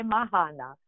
Mahana